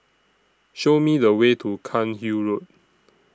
Show Me The Way to Cairnhill Road